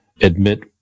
admit